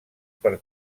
per